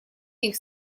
них